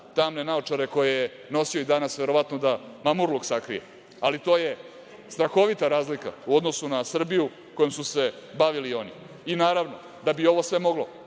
tamne naočare koje je nosio i danas verovatno da mamurluk sakrije. To je strahovita razlika u odnosu na Srbiju kojom su se bavili oni. Naravno, da bi sve bilo